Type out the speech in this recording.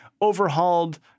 overhauled